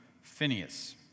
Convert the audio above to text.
Phineas